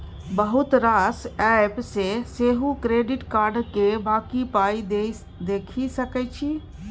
बहुत रास एप्प सँ सेहो क्रेडिट कार्ड केर बाँकी पाइ देखि सकै छी